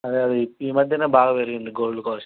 అదే అదే ఈ మధ్యనే బాగా పెరిగింది గోల్డ్ కాస్ట్